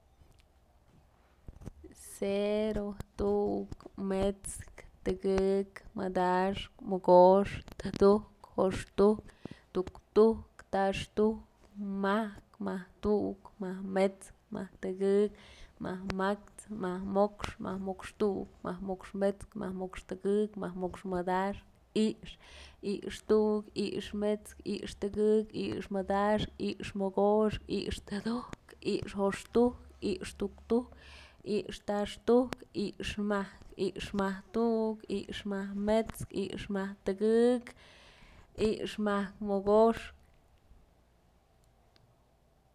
Cero, tu'uk, met'skë, tëkëk, madaxkë, mokoxkë, tudujkë, juxtujkë, tuktujk, taxtujk, majkë, majk tu'uk, majk mets'kë, majk met'skë tëkëk, majk ma'ax, majk mo'ox, majk mo'ox tu'uk, majk mo'ox met'skë, majk mo'ox tëkëk, majk mo'ox madaxkë, i'ixë, i'ixë tu'uk, i'ixë met'skë, i'ixë tëgëk, i'ixë madaxkë, i'ixëmogoxkë, i'ixë tudujkë, i'ixë juxtukë, i'ixë tuktujk, i'ixë taxtujk, i'ixë majkë, i'ixë majk tu'uk, i'ixë majk met'skë, i'ixë majk tëkëk, i'ixë majk mogoxkë.